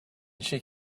she